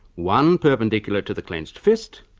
one perpendicular to the clenched fist,